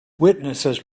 witnesses